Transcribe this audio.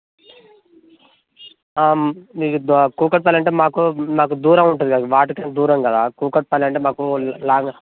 కూకట్పల్లి అంటే మాకు మాకు దూరం ఉంటుంది కదా వాటర్ క్యాన్ దూరం కదా కూకట్పల్లి అంటే మాకు లాంగ్